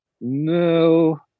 no